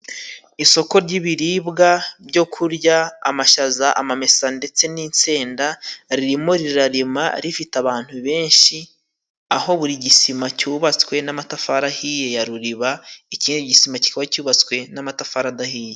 Isoko ry'ibiribwa byo kurya amashaza, amamesa ndetse n'itsinda. Ririmo rirarema rifite abantu benshi, aho buri gisima cyubatswe n'amatafari ahiye ya ruriba ikindi gisima kikaba cyubatswe n'amatafari adahiye.